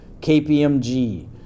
KPMG